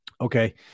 Okay